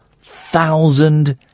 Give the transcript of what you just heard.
thousand